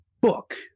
book